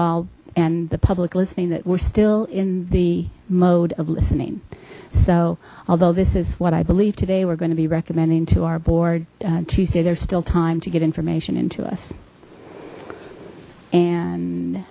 all and the public listening that we're still in the mode of listening so although this is what i believe today we're going to be recommending to our board tuesday there's still time to get information in to us and